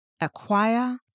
acquire